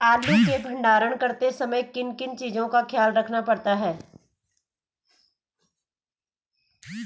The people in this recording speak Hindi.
आलू के भंडारण करते समय किन किन चीज़ों का ख्याल रखना पड़ता है?